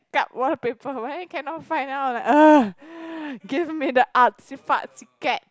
cat wallpaper but then cannot find then I was like !ugh! give me the artsy fartsy cat